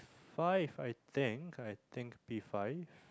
five I think I think P five